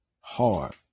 hard